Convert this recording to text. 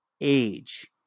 age